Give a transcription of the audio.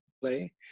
play